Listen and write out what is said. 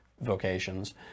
vocations